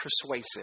persuasive